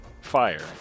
fire